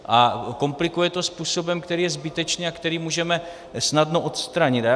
A komplikuje to způsobem, který je zbytečný a který můžeme snadno odstranit.